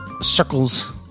circles